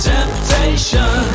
Temptation